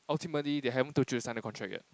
ultimately they haven't told you to sign the contract yet